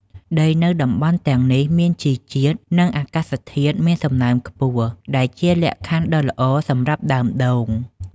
ដីនៅតំបន់ទាំងនេះមានជីជាតិ និងអាកាសធាតុមានសំណើមខ្ពស់ ដែលជាលក្ខខណ្ឌដ៏ល្អសម្រាប់ដើមដូង។